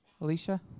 Alicia